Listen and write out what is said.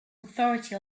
authority